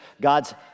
God's